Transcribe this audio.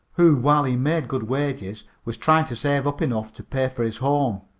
who, while he made good wages, was trying to save up enough to pay for his home.